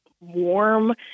warm